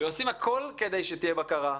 ועושים הכול כדי שתהיה בקרה,